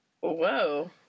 Whoa